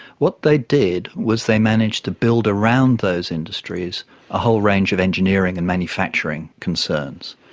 what they did was they managed to build around those industries a whole range of engineering and manufacturing concerns.